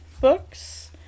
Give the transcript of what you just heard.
books